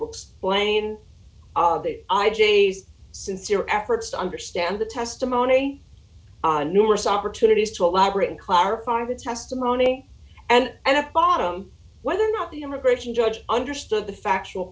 books playing all of it i js sincere efforts to understand the testimony on numerous opportunities to elaborate and clarify the testimony and at bottom whether or not the immigration judge understood the factual